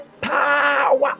power